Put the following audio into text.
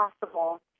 possible